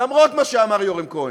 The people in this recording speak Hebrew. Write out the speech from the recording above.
למרות מה שאמר יורם כהן,